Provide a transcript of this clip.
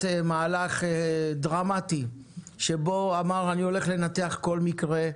מהלך דרמטי בכך שאמר: "אני הולך לנתח כל מקרה,